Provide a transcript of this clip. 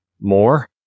more